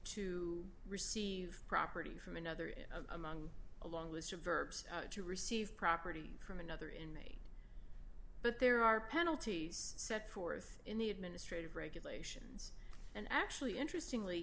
to receive property from another among a long list of verbs to receive property from another inmate but there are penalties set forth in the administrative regulations and actually interestingly